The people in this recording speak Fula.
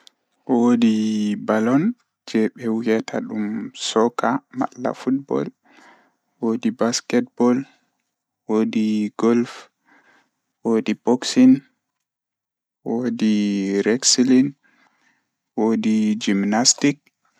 Woodi ballon, woodi kobe wiyata dum soccer malla football, woodi basket ball, golf, woodi boxing, woodi wrestling, woodi gimnastic.